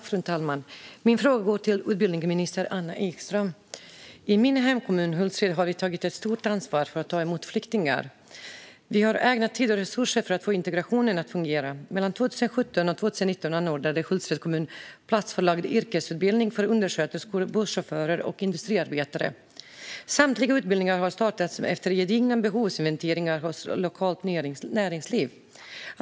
Fru talman! Min fråga går till utbildningsminister Anna Ekström. I min hemkommun Hultsfred har vi tagit stort ansvar för att ta emot flyktingar. Vi har ägnat tid och resurser åt att få integrationen att fungera. Mellan 2017 och 2019 anordnade Hultsfreds kommun platsförlagd yrkesutbildning för undersköterskor, busschaufförer och industriarbetare. Samtliga utbildningar har startats efter gedigna behovsinventeringar hos lokalt näringsliv.